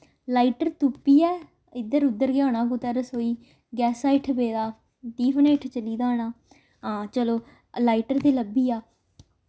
lighter तुप्पियै इद्धर उद्धर गै होना कुतै रसोई गैसा हिठ पेदा टिफन हिठ चली दी होना हां चलो लाइटर ते लब्भी गेआ